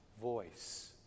voice